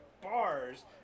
bars